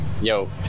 Yo